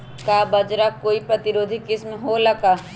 का बाजरा के कोई प्रतिरोधी किस्म हो ला का?